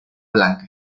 blanca